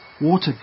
Water